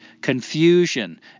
Confusion